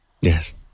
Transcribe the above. Yes